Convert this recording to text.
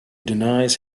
denies